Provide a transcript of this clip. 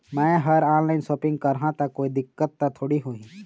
मैं हर online shopping करू ता कोई दिक्कत त थोड़ी होही?